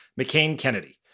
McCain-Kennedy